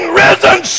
risen